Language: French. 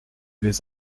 les